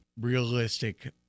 realistic